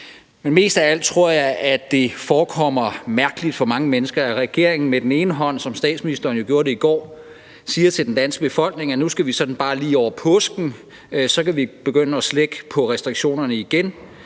Men mest af alt tror jeg, at det forekommer mærkeligt for mange mennesker, at regeringen på den ene side – som statsministeren jo gjorde det i går – siger til den danske befolkning, at nu skal vi bare sådan lige over påsken, og så kan vi begynde at slække på restriktionerne igen,